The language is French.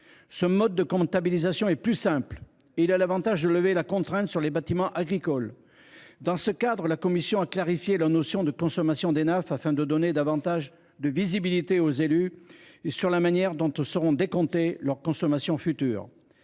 Ce mode de comptabilisation est plus simple. Il a l’avantage de lever la contrainte sur les bâtiments agricoles. Dans ce cadre, la Commission a clarifié la notion de consommation d’Enaf, afin de donner aux élus davantage de visibilité sur la manière dont seront décomptées leurs consommations futures.